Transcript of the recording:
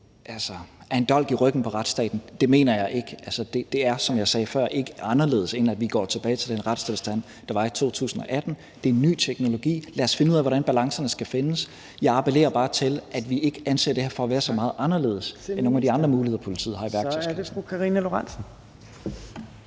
element er en dolk i ryggen på retsstaten. Det mener jeg ikke. Altså, det er, som jeg sagde før, ikke anderledes, end at vi går tilbage til den retstilstand, der var i 2018. Det er en ny teknologi, og lad os finde ud af, hvordan balancerne skal findes. Jeg appellerer bare til, at vi ikke anser det her for at være så meget anderledes end nogle af de andre muligheder, politiet har i værktøjskassen. Kl. 14:33 Tredje